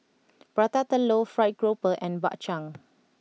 Prata Telur Fried Grouper and Bak Chang